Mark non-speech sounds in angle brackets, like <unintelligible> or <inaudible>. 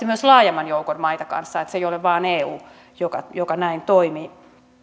<unintelligible> myös laajemman joukon maita kanssa että se ei ole vain eu joka joka näin toimii